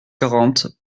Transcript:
quarante